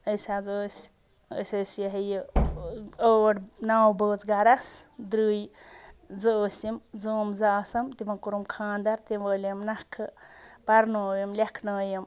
أسۍ حظ ٲ سۍ أسۍ ٲسۍ یہِ ہے یہِ ٲٹھ نَو بٲژ گَرَس درٛے زٕ ٲسم زٲم زٕ آسَم تِمَن کوٚرُم خانٛدَر تِم وٲلِم نَکھٕ پَرنٲوِم لیکھنٲیِم